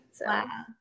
Wow